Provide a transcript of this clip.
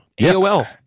AOL